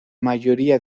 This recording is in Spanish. mayoría